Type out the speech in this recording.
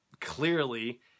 clearly